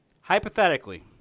Hypothetically